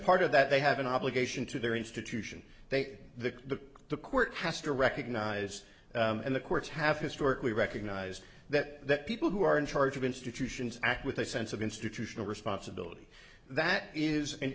part of that they have an obligation to their institution they say the the court has to recognize and the courts have historically recognized that people who are in charge of institutions act with a sense of institutional responsibility that is an